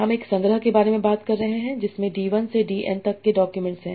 हम एक संग्रह के बारे में बात कर रहे हैं जिसमें d1 से dn तक के डॉक्यूमेंट्स हैं